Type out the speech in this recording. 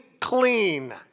clean